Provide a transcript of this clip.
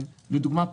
לדוגמה,